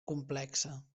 complexa